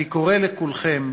אני קורא לכולם: